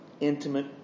intimate